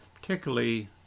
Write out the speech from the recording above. particularly